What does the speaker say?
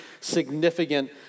significant